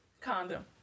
Condom